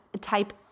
type